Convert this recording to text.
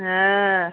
হ্যাঁ